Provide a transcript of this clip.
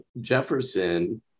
Jefferson